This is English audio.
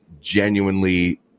genuinely